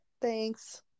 Thanks